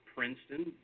Princeton